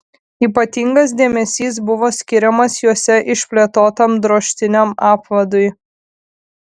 ypatingas dėmesys buvo skiriamas juose išplėtotam drožtiniam apvadui